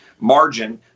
margin